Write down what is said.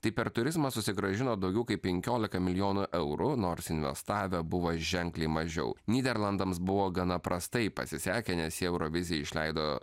tai per turizmą susigrąžino daugiau kaip penkiolika milijonų eurų nors investavę buvo ženkliai mažiau nyderlandams buvo gana prastai pasisekę nes jie eurovizijai išleido